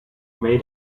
may